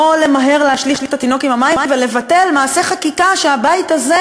לא למהר להשליך את התינוק עם המים ולבטל מעשה חקיקה שהבית הזה,